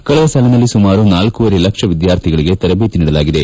ಕಳೆದ ಸಾಲಿನಲ್ಲಿ ಸುಮಾರು ನಾಲ್ಕುವರೆ ಲಕ್ಷ ವಿದ್ಕಾರ್ಥಿಗಳಿಗೆ ತರಬೇತಿ ನೀಡಲಾಗಿದೆ